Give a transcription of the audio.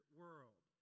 world